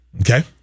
Okay